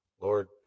Lord